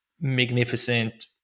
magnificent